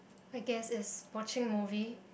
I guess is watching movie